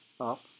up